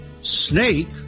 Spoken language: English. snake